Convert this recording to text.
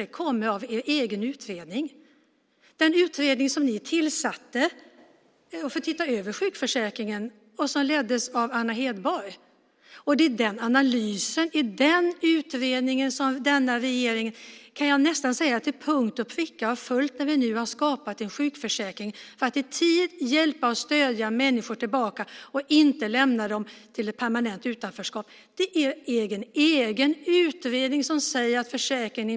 Det kommer ju från er egen utredning, från den utredning som ni tillsatte för att se över sjukförsäkringen och som leddes av Anna Hedborg. Det är analysen i den utredningen som denna regering, kan jag säga, nästan till punkt och pricka har följt när vi nu skapat en sjukförsäkring för att i tid kunna stödja människor och hjälpa dem tillbaka - inte lämna dem till permanent utanförskap. Det är ju er egen utredning som talar om en mjuk försäkring.